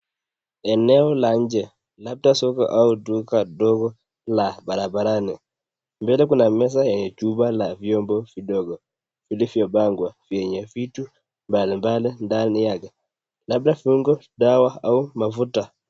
Eneo la nje, labda soko au duka ndogo la barabarani. Mbele kuna meza yenye chupa la vyombo vidogo vilivyo pangwa vyenye vitu mbali mbali ndani yake, labda viungo, dawa au mafuta.